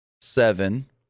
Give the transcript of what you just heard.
seven